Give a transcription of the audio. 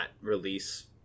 release